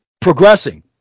progressing